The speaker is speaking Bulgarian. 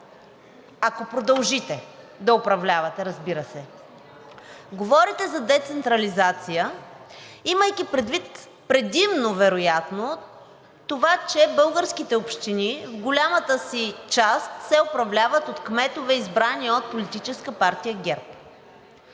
ако продължите да управлявате, разбира се. Говорите за децентрализация, имайки предвид предимно вероятно това, че българските общини в голямата си част се управляват от кметове, избрани от Политическа партия ГЕРБ.